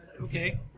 Okay